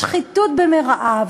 השחיתות במירעה.